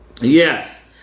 Yes